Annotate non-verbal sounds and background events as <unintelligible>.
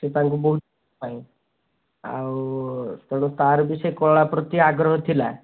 ସେ ତାଙ୍କୁ ବହୁତ <unintelligible> ଆଉ ତେଣୁ ତା'ର ବି ସେହି କଳା ପ୍ରତି ଆଗ୍ରହ ଥିଲା